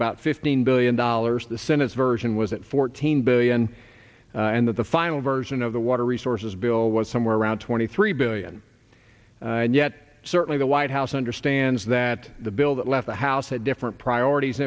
about fifteen billion dollars the senate's version was at fourteen billion and that the final version of the water resources bill was somewhere around twenty three billion and yet certainly the white house understands that the bill that left the house had different priorities